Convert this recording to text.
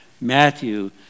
Matthew